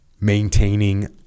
Maintaining